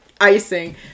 icing